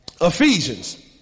Ephesians